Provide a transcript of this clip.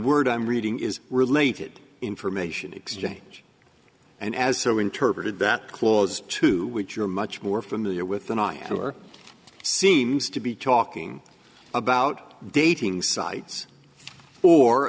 word i'm reading is related information exchange and as so interpreted that clause to which you're much more familiar with than i am or seems to be talking about dating